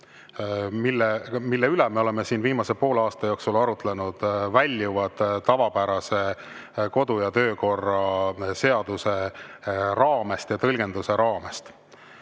mille üle me oleme siin viimase poole aasta jooksul arutlenud, väljuvad tavapärase kodu- ja töökorra seaduse raamest ja selle tõlgenduse raamest.